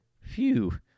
Phew